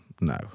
no